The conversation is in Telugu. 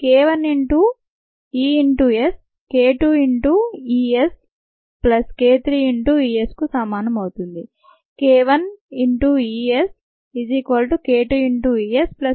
k 1 into E into S k 2 into E S plus k 3 into E S కు సమానం అవుతుంది k1ESk2ESk3ES